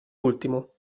ultimo